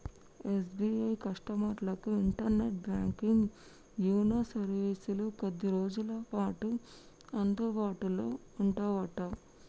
SBI కస్టమర్లకు internet banking YONO సర్వీసులు కొద్ది రోజులపాటు అందుబాటులో ఉండవట